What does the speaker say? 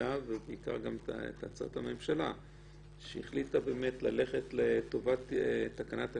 הוועדה וגם את הצעת הממשלה שהחליטה ללכת לטובת תקנת השבים,